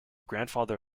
grandfather